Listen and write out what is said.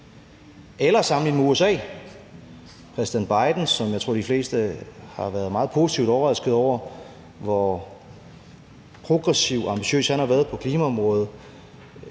Eller sammenlign med USA: Præsident Biden, som jeg tror de fleste har været meget positivt overrasket over, hvor progressiv og ambitiøs han har været på klimaområdet,